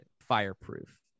fireproof